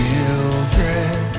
Children